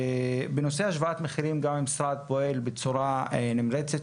בנושא השוואת מחירים גם המשרד פועל בצורה נמרצת,